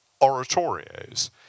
oratorios